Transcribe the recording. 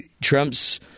Trump's